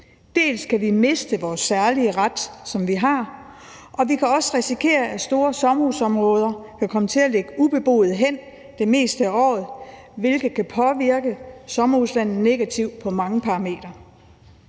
Dels kan vi miste vores særlige ret, som vi har, dels kan vi risikere, at store sommerhusområder kan komme til at ligge ubeboede hen det meste af året, hvilket kan påvirke sommerhuslandet negativt på mange parametre.